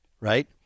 right